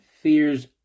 fears